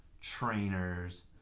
trainers